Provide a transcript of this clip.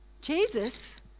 Jesus